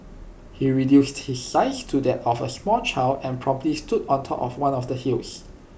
he reduced his size to that of A small child and promptly stood atop one of the hills